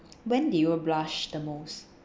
when do you blush the most